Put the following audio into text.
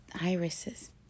irises